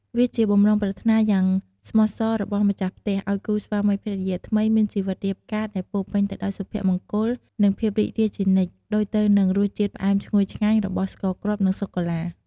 វាជាបំណងប្រាថ្នាយ៉ាងស្មោះសររបស់ម្ចាស់ផ្ទះ ឲ្យគូស្វាមីភរិយាថ្មីមានជីវិតរៀបការដែលពោរពេញទៅដោយសុភមង្គល និងភាពរីករាយជានិច្ច ដូចទៅនឹងរសជាតិផ្អែមឈ្ងុយឆ្ងាញ់របស់ស្ករគ្រាប់ និងសូកូឡា។